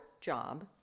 job